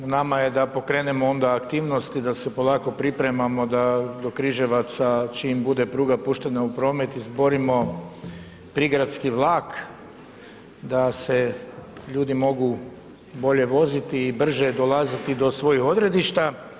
Na nama je da pokrenemo onda aktivnosti da se polako pripremamo da do Križevaca čim bude pruga puštena u promet izborimo prigradski vlak da se ljudi mogu bolje voziti i brže dolaziti do svojih odredišta.